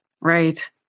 Right